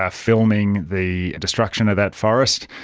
ah filming the destruction of that forest,